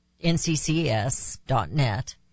nccs.net